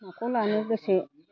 माखौ लानो गोसो